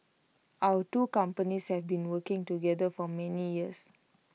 our two companies have been working together for many years